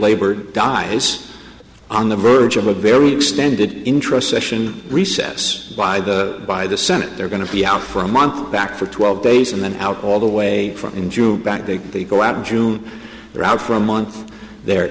labor dies on the verge of a very extended interest session recess by the by the senate they're going to be out for a month back for twelve days and then out all the way from in june back then they go out in june they're out for a month they're